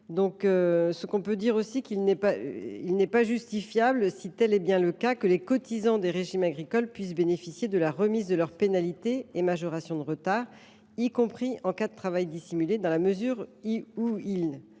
rendu illisible. De plus, il n’est pas justifiable, si tel est bien le cas, que les cotisants des régimes agricoles puissent bénéficier de la remise de leurs pénalités et majorations de retard, y compris en cas de travail dissimulé, dans la mesure où il n’en